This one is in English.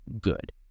good